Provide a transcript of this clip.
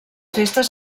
festes